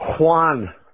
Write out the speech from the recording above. Juan